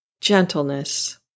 gentleness